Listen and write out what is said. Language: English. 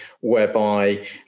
whereby